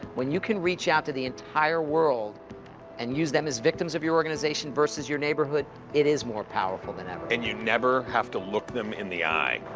when you can reach out to the entire world and use them as victims of your organization versus your neighborhood, it is more powerful than ever. and you never have to look them in the eye.